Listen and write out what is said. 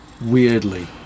weirdly